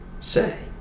say